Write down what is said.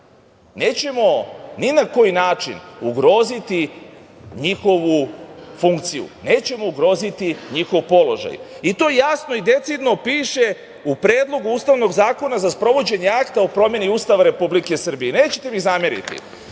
nećemo ni na koji način ugroziti njihovu funkciju, nećemo ugroziti njihov položaj. To jasno i decidno piše u Predlogu Ustavnog zakona za sprovođenje Akta o promeni Ustava Republike Srbije. Nećete mi zameriti,